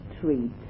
treat